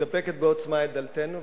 שמידפקת בעוצמה על דלתנו,